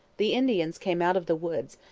the indians came out of the woods,